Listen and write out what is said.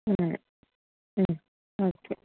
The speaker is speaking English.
okay